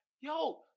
yo